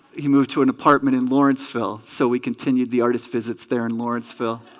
he moved to an apartment in lawrenceville so we continued the artist visits there in lawrenceville